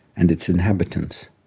and its inhabitants.